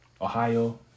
Ohio